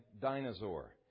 dinosaur